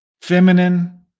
feminine